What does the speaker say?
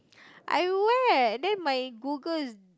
I wear then my Google is